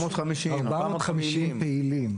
450. 450 פעילים.